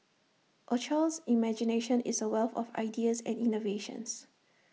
A child's imagination is A wealth of ideas and innovations